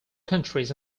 countries